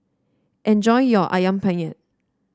enjoy your ayam penyet